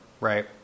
right